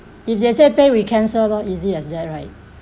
if they say pay we cancel lor easy as that right